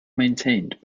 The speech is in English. maintained